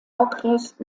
okres